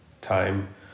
time